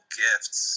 gifts